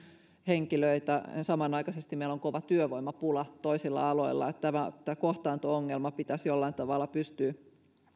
henkilöitä meillä on samanaikaisesti kova työvoimapula toisilla aloilla tämä kohtaanto ongelma pitäisi jollain tavalla